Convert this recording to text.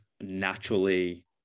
naturally